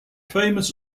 famous